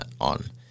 on